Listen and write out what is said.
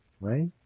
right